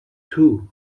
too